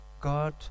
God